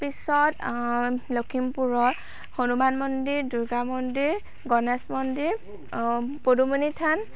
তাৰপিছত লখিমপুৰত হনুমান মন্দিৰ দুৰ্গা মন্দিৰ গণেশ মন্দিৰ পদুমণি থান